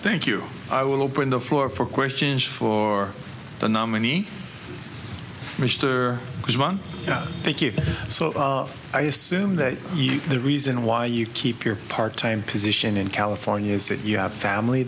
thank you i will open the floor for questions for the nominee mr because one thank you so i assume that the reason why you keep your part time position in california is that you have family